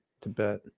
Tibet